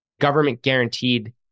government-guaranteed